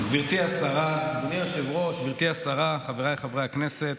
אדוני היושב-ראש, גברתי השרה, חבריי חברי הכנסת,